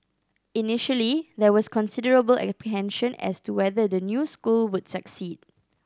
initially there was considerable apprehension as to whether the new school would succeed